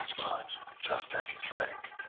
but just as he drank,